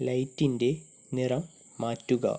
ലൈറ്റിൻ്റെ നിറം മാറ്റുക